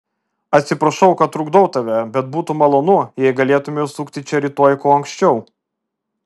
atsiprašau kad trukdau tave bet būtų malonu jei galėtumei užsukti čia rytoj kuo anksčiau